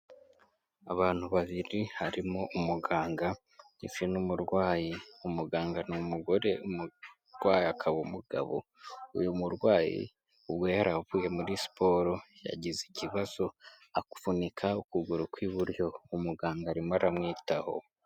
Abantu babiri harimo umuganga ndetse n'umurwayi umuganga ni umugore, umurwayi akaba umugabo. Uyu murwayi ubwo yari avuye muri siporo yagize ikibazo avunika ukuguru kw'iburyo umuganga arimo aramwitaho.